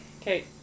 Okay